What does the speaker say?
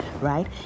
right